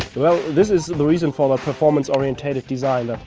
well this is the reason for the performance orientated design.